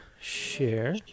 share